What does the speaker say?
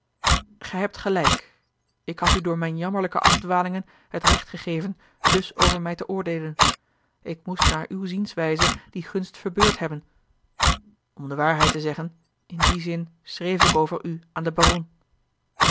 gij hebt gelijk ik had u door mijne jammerlijke afdwalingen het recht gegeven dus over mij te oordeelen ik moest naar uwe zienswijze die gunst verbeurd hebben om de waarheid te zeggen in dien zin schreef ik over u aan den baron